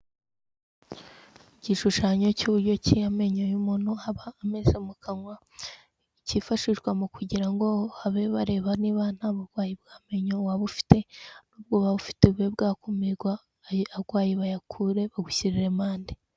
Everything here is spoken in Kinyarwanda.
Igishushanyo cy'uburyo ki amenyo y'umuntu aba ameze mu kanwa kifashishwamo kugira ngo habe bareba niba nta burwayi bw'amenyo waba ufite, ubwo ufite ubwo bube bwakumirwa arwaye bayakure bagushyiriremo andi.